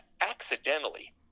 accidentally –